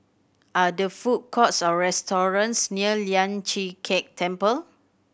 are there food courts or restaurants near Lian Chee Kek Temple